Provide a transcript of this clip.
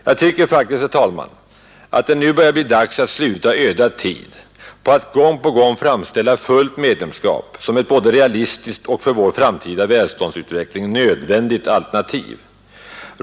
Jag tycker faktiskt, herr talman, att det nu börjar bli dags att sluta öda tid på att gång på gång framställa fullt medlemskap som ett både realistiskt och för vår framtida välståndsutveckling nödvändigt alternativ.